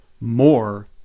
more